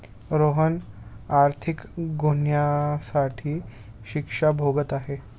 रोहन आर्थिक गुन्ह्यासाठी शिक्षा भोगत आहे